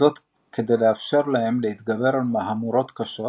וזאת כדי לאפשר להם להתגבר על מהמורות קשות